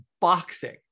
boxing